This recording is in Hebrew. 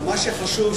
מה שחשוב,